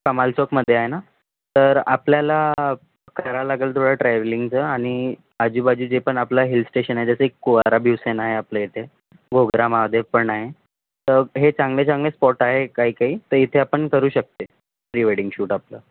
कमाल चौकमध्ये आहे ना तर आपल्याला करायला लागेल थोडं ट्रॅव्हलिंगचं आणि आजी बाजी जे पण आपलं हिलस्टेशन आहे जसे कुंवारा भीवसेन आहे आपल्या इथे घोगरा महादेव पण आहे तर हे चांगले चांगले स्पॉट आहे काही काही ते इथे आपण करू शकते प्री वेंडिंग शूट आपलं